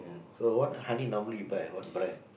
so what honey normally you buy and what brand